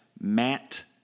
Matt